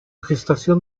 gestación